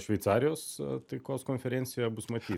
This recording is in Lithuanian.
šveicarijos taikos konferencijoje bus matyt